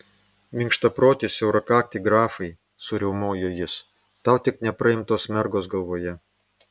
minkštaproti siaurakakti grafai suriaumojo jis tau tik nepraimtos mergos galvoje